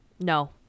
No